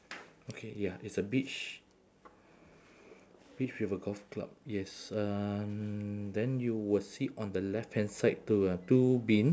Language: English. okay ya it's a beach beach with a golf club yes um then you will see on the left hand side two uh two bin